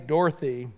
Dorothy